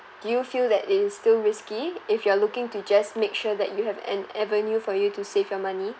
do you feel that it is still risky if you are looking to just make sure that you have an avenue for you to save your money